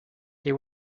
they